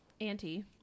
auntie